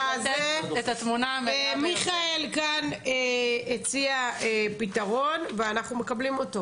מיכאל הציע פתרון ואנחנו מקבלים.